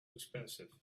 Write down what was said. expensive